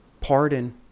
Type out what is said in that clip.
Pardon